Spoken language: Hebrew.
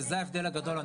וזה ההבדל הגדול,